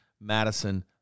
Madison